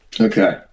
Okay